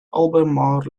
albemarle